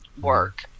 work